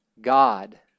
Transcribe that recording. God